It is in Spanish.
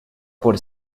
por